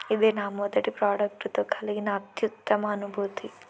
ఇదే నా మొదటి ప్రోడక్ట్తో కలిగిన అత్యుత్తమ అనుభూతి